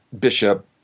Bishop